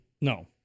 No